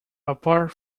apart